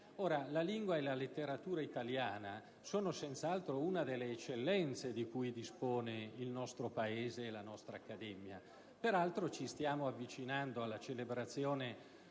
La lingua e la letteratura italiana sono senz'altro una delle eccellenze di cui dispone il nostro Paese e la nostra accademia. Peraltro, ci stiamo avvicinando alla celebrazione